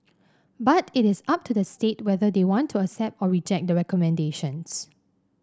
but it is up to the state whether they want to accept or reject the recommendations